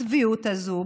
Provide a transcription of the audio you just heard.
הצביעות הזו,